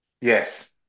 yes